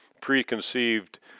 preconceived